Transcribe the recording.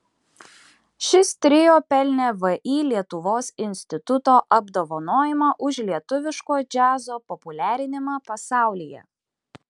šis trio pelnė vį lietuvos instituto apdovanojimą už lietuviško džiazo populiarinimą pasaulyje